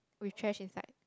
with trash inside